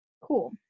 Cool